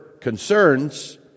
concerns